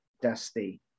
Dusty